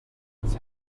its